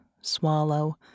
swallow